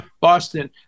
Boston